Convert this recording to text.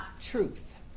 truth